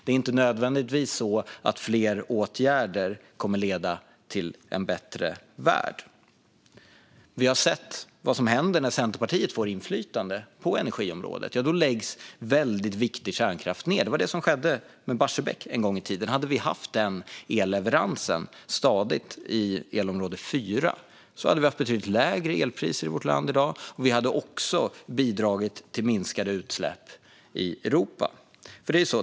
Det är inte nödvändigtvis så att fler åtgärder leder till en bättre värld. Vi har sett vad som händer när Centerpartiet får inflytande på energiområdet: Då läggs väldigt viktig kärnkraft ned. Det var det som skedde med Barsebäck en gång i tiden. Om vi fortfarande hade haft den stadiga elleveransen i elområde 4 hade vi haft betydligt lägre elpriser i vårt land i dag, och vi hade också bidragit till minskade utsläpp i Europa.